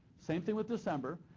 same thing with december.